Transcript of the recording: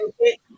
Okay